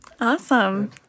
Awesome